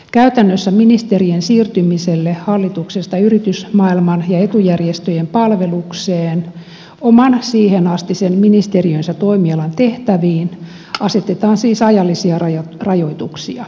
käytännössä ministerien siirtymiselle hallituksesta yritysmaailman ja etujärjestöjen palvelukseen oman siihenastisen ministeriönsä toimialan tehtäviin asetetaan siis ajallisia rajoituksia